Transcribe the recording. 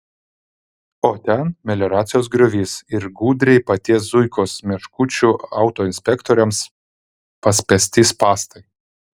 o ten melioracijos griovys ir gudriai paties zuikos meškučių autoinspektoriams paspęsti spąstai